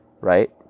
right